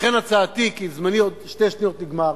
לכן הצעתי, כי זמני עוד שתי שניות נגמר: